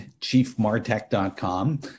chiefmartech.com